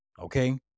okay